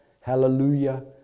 Hallelujah